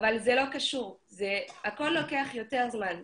אבל זה לא קשור, הכול לוקח יותר זמן.